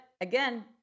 again